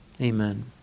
Amen